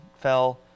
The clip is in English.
fell